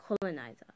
colonizer